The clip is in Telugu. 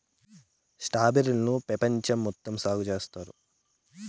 స్ట్రాబెర్రీ లను పెపంచం మొత్తం సాగు చేత్తారు